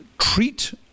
Treat